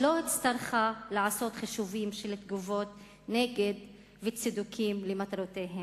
שלא הצטרכה לעשות חישובים של תגובות נגד וצידוקים למטרותיה.